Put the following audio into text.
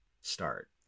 start